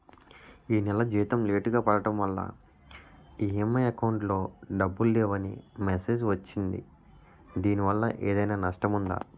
ఈ నెల జీతం లేటుగా పడటం వల్ల ఇ.ఎం.ఐ అకౌంట్ లో డబ్బులు లేవని మెసేజ్ వచ్చిందిదీనివల్ల ఏదైనా నష్టం ఉందా?